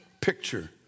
picture